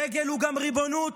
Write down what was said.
דגל הוא גם ריבונות,